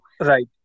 Right